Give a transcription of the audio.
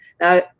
Now